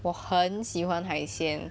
我很喜欢海鲜